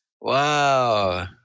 Wow